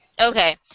okay